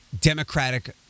Democratic